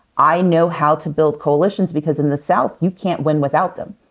i know how to build coalitions because in the south you can't win without them.